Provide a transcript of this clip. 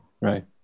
right